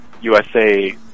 USA